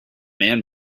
man